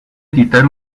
editar